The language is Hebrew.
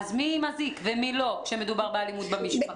אז מי עם אזיק, ומי לא כשמדובר על אלימות במשפחה?